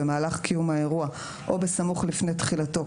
במהלך קיום האירוע או בסמוך לפני תחילתו,